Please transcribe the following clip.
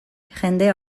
jendea